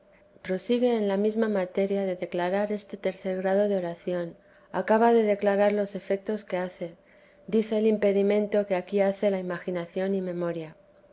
xvii prosigue la mesma materia de declarar este tercer grado de oración acaba de declarar los efectos que hace dice el impedimento que aquí hace la imagi p nación y memoria